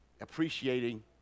appreciating